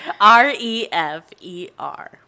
R-E-F-E-R